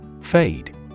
Fade